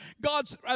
God's